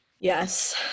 yes